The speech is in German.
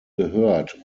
gehört